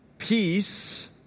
peace